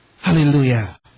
Hallelujah